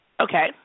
Okay